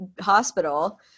hospital